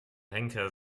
henker